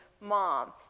Mom